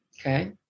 Okay